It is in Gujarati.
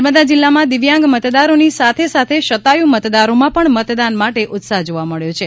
નર્મદા જિલ્લામાં દિવ્યાંગ મતદારોની સાથે સાથે શતાયુ મતદારોમાં પણ મતદાન માટે ઉત્સાહ જોવા મળ્યો છે